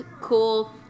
cool